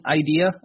idea